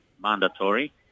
mandatory